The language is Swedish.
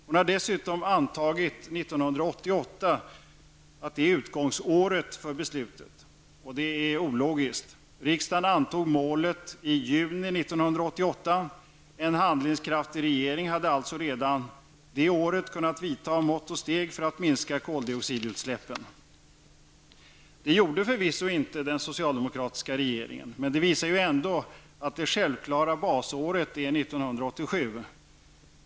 Hon har dessutom antagit att 1988 är utgångsåret för beslutet. Detta är ologiskt. Riksdagen antog målet i juni 1988. En handlingskraftig regering hade alltså redan då kunnat vidta mått och steg för att minska koldioxidutsläppen. Det gjorde förvisso inte den socialdemokratiska regeringen. Men det visar ju ändå att det självklara basåret är 1987.